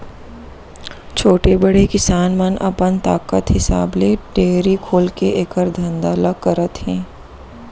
छोटे, बड़े किसान मन अपन ताकत हिसाब ले डेयरी खोलके एकर धंधा ल करत हें